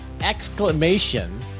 exclamation